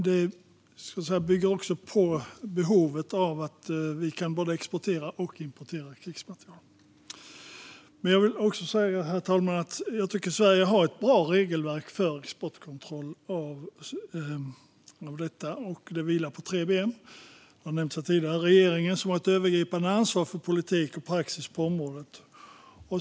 Det bygger också på vårt behov av att kunna både exportera och importera krigsmateriel. Herr talman! Sverige har ett bra regelverk för exportkontroll på detta område. Det vilar på tre ben, vilket har nämnts här tidigare. Vi har regeringen, som har ett övergripande ansvar för politik och praxis på området.